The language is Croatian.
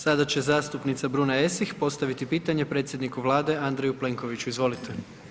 Sada će zastupnica Bruna Esih postaviti pitanje predsjedniku Vlade Andreju Plenkoviću, izvolite.